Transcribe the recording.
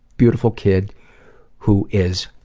beautiful kid who is